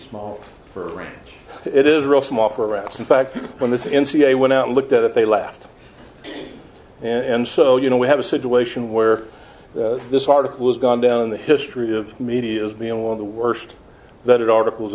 small for it is real small for rats in fact when this in ca went out and looked at it they left and so you know we have a situation where this article has gone down in the history of media as being one of the worst that it articles